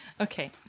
Okay